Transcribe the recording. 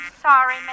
sorry